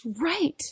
right